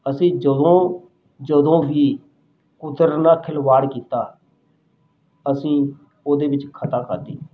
ਅਸੀਂ ਜਦੋਂ ਜਦੋਂ ਵੀ ਕੁਦਰਤ ਨਾਲ ਖਿਲਵਾੜ ਕੀਤਾ ਅਸੀਂ ਉਹਦੇ ਵਿੱਚ ਖਤਾ ਖਾਧੀ